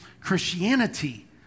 Christianity